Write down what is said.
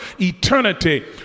Eternity